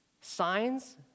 signs